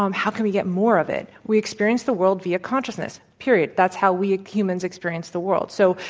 um how can we get more of it? we experience the world via consciousness. period. that's how we humans experience the world. so,